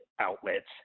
outlets